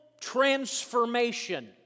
transformation